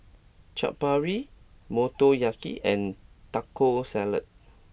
Chaat Papri Motoyaki and Taco Salad